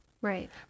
Right